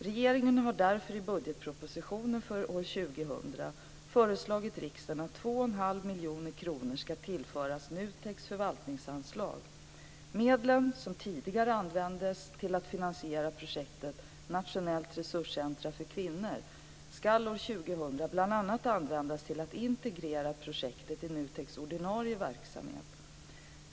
Regeringen har därför i budgetpropositionen för år 2000 föreslagit riksdagen att 2 1⁄2 miljoner kronor skall tillföras NUTEK:s förvaltningsanslag. Medlen, som tidigare användes till att finansiera projektet bl.a. användas till att integrera projektet i NUTEK:s ordinarie verksamhet.